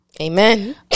Amen